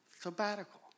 sabbatical